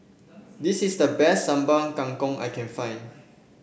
this is the best Sambal Kangkong I can find